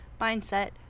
mindset